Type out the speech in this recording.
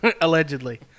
Allegedly